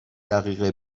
دقیقه